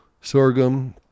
sorghum